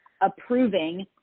approving